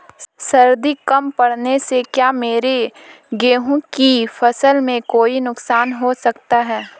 सर्दी कम पड़ने से क्या मेरे गेहूँ की फसल में कोई नुकसान हो सकता है?